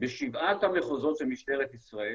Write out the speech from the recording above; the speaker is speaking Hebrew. בשבעת המחוזות של משטרת ישראל